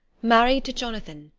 married to jonathan,